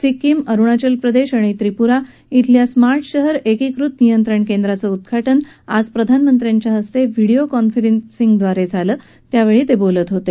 सिक्किम अरुणाचल प्रदेश आणि त्रिपुरा शल्या स्मार्ट शहर एकीकृत नियंत्रण केंद्रांचं उद्घाटन आज प्रधानमंत्र्यांच्या हस्ते व्हिडिओ कॉन्फरन्सिंगद्वारे झालं त्यावेळी ते बोलत होते